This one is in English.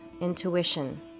intuition